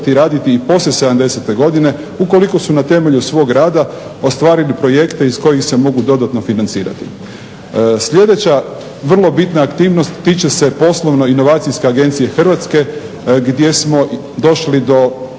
raditi i poslije 70. godine ukoliko su na temelju svog rada ostvarili projekte iz kojih se mogu dodatno financirati. Sljedeća vrlo bitna aktivnost tiče se Poslovno inovacijske agencije Hrvatske gdje smo došli do